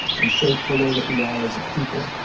and shape the way that we are as people.